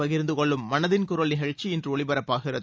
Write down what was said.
பகிர்ந்து கொள்ளும் மனதின் குரல் நிகழ்ச்சி இன்று ஒலிபரப்பாகிறது